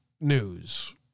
news